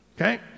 Okay